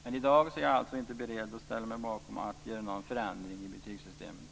I dag är jag alltså inte beredd att ställa mig bakom förslaget att göra en förändring i betygssystemen.